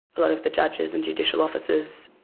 a lot of the judges and judicial officers